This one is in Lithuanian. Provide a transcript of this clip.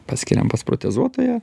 paskiriam pas protezuotoją